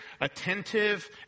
attentive